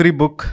book